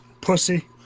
pussy